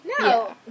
no